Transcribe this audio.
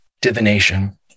divination